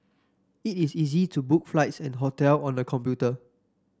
it is easy to book flights and hotel on the computer